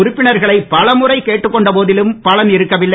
உறுப்பினர்களை பலமுறை கேட்டுக் கொண்ட போதிலும் பலன் இருக்கவில்லை